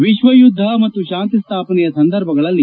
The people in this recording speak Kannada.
ವಿಶ್ವಯುದ್ದ ಮತ್ತು ಶಾಂತಿ ಸ್ಥಾಪನೆಯ ಸಂದರ್ಭಗಳಲ್ಲಿ